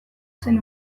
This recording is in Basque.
zen